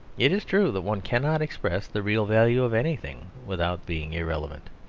it is true that one cannot express the real value of anything without being irrelevant.